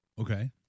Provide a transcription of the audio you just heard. Okay